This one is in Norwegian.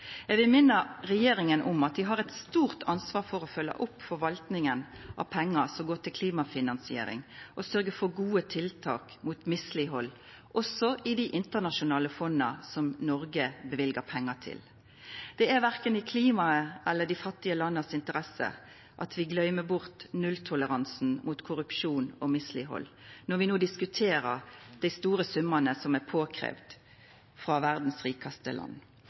Eg vil minna regjeringa om at dei har eit stort ansvar for å følgja opp forvaltninga av pengar som går til klimafinansiering, og sørgja for gode tiltak mot misleghald, også i dei internasjonale fonda som Noreg løyver pengar til. Det er verken i klimaet eller i dei fattige landa si interesse at vi gløymer nulltoleransen for korrupsjon og misleghald når vi no diskuterer dei store summane som krevst frå verdas rikaste land.